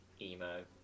emo